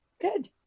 Good